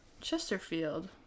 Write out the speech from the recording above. Chesterfield